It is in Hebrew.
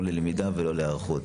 לא ללמידה ולא להיערכות,